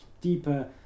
deeper